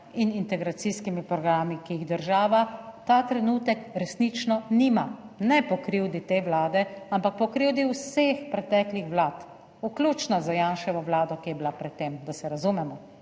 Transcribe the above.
in integracijskimi programi, ki jih država ta trenutek resnično nima, ne po krivdi te Vlade, ampak po krivdi vseh preteklih vlad, vključno z Janševo Vlado, ki je bila pred tem, da se razumemo,